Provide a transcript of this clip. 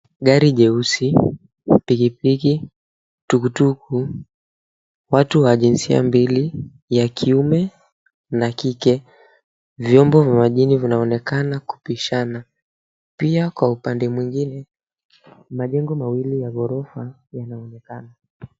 Gari jeusi, pikipiki, tukutuku watu wa jinsia mbili, ya kiume na kike. Vyombo vya majini vinaonekana kupishana. Pia kwa upande mwingine, majengo mawili ya gorofa yanaonekana.